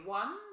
one